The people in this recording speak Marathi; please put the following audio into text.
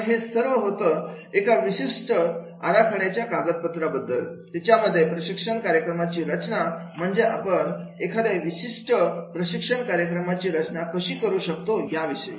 तर हे सर्व होतं एका विशिष्ट आराखड्याच्या कागदपत्र बद्दल तिच्यामध्ये प्रशिक्षण कार्यक्रमाची रचना म्हणजेच आपण एखाद्या विशिष्ट प्रशिक्षण कार्यक्रमाचे रचना कशी करू शकतो याविषयी